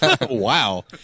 Wow